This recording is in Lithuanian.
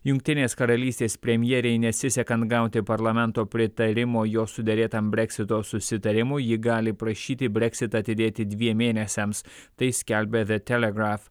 jungtinės karalystės premjerei nesisekant gauti parlamento pritarimo jo suderėtam breksito susitarimui ji gali prašyti breksitą atidėti dviem mėnesiams tai skelbia de telegraf